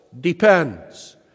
depends